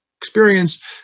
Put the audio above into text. experience